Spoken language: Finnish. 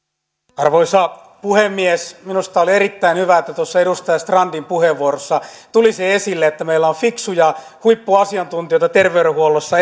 arvoisa puhemies minusta oli erittäin hyvä että tuossa edustaja strandin puheenvuorossa tuli se esille että meillä on fiksuja huippuasiantuntijoita terveydenhuollossa